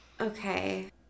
Okay